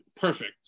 perfect